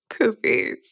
poopies